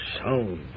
sound